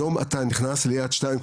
היום אתה נכנס לאתר יד שתיים,